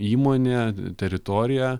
įmonė teritorija